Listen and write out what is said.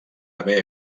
haver